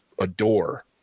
adore